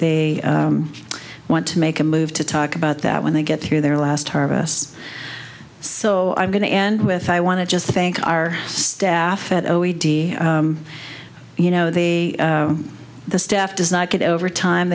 they want to make a move to talk about that when they get through their last harvests so i'm going to end with i want to just thank our staff at o e d you know they the staff does not get over time